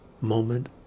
moment